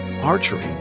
archery